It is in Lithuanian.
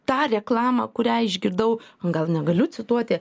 tą reklamą kurią išgirdau gal negaliu cituoti